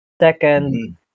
Second